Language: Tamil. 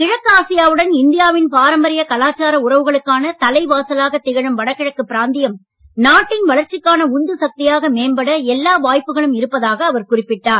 கிழக்கு ஆசியா உடன் இந்தியாவின் பாரம்பரிய கலாச்சார உறவுகளுக்கான தலைவாசலாகத் திகழும் வடக்கிழக்குப் பிராந்தியம் நாட்டின் வளர்ச்சிக்கான உந்து சக்தியாக மேம்பட எல்லா வாய்ப்புகளும் இருப்பதாக அவர் குறிப்பிட்டார்